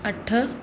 अठ